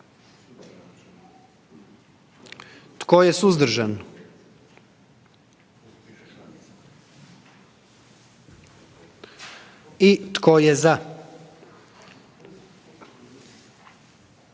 Tko je suzdržan? I tko je